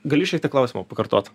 gali šiek tiek klausimą pakartot